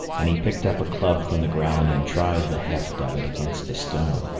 and he picked up a club from the ground and tried the heft of it against a stone.